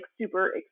super